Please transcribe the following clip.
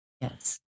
yes